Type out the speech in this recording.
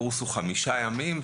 קורס צלילה הוא חמישה ימים,